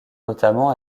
notamment